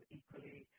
equally